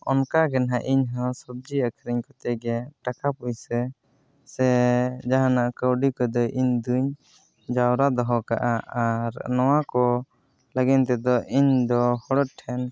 ᱚᱱᱠᱟᱜᱮ ᱱᱟᱜ ᱤᱧᱦᱚᱸ ᱥᱚᱵᱽᱡᱤ ᱟᱹᱠᱷᱨᱤᱧ ᱠᱟᱛᱮᱜᱮ ᱴᱟᱠᱟ ᱚᱭᱩᱥᱟᱹ ᱥᱮ ᱡᱟᱦᱟᱱᱟᱜ ᱠᱟᱹᱣᱰᱤ ᱠᱚ ᱫᱚᱧ ᱤᱧᱫᱚ ᱡᱟᱣᱨᱟ ᱫᱚᱦᱚᱠᱟᱜᱼᱟ ᱟᱨ ᱱᱚᱣᱟ ᱠᱚ ᱞᱟᱹᱜᱤᱫ ᱛᱮᱫᱚ ᱤᱧ ᱫᱤ ᱦᱚᱲ ᱴᱷᱮᱱ